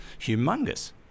humongous